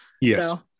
Yes